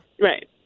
Right